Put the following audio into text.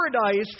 paradise